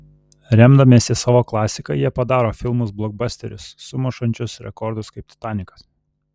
remdamiesi savo klasika jie padaro filmus blokbasterius sumušančius rekordus kaip titanikas